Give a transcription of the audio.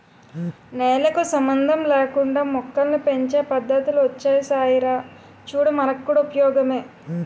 నేలకు సంబంధం లేకుండానే మొక్కల్ని పెంచే పద్దతులు ఒచ్చేసాయిరా చూడు మనకు కూడా ఉపయోగమే